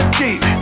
deep